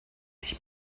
nicht